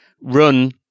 run